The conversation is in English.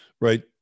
right